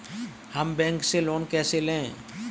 हम बैंक से लोन कैसे लें?